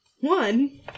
One